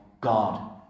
God